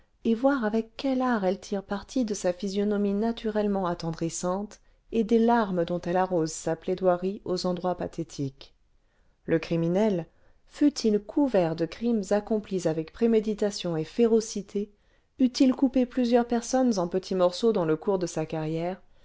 et voir avec quel art elle tire parti de sa physionomie naturellement attendrissante et des larmes dont elle arrose sa plaidoirie aux endroits pathétiques le criminel fût-il couvert de crimes accomplis avec préméditation et férocité eût-il coupé plusieurs personnes en petits morceaux dans le cours de sa carrière